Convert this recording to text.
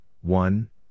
one